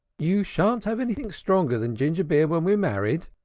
you shan't have anything stronger than ginger-beer when we're married,